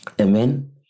Amen